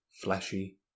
fleshy